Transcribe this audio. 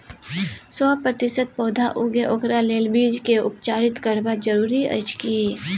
सौ प्रतिसत पौधा उगे ओकरा लेल बीज के उपचारित करबा जरूरी अछि की?